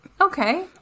Okay